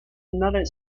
another